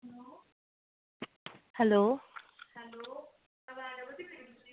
hello